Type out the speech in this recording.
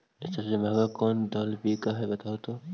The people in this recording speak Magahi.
सबसे महंगा कोन दाल बिक है बताहु तो?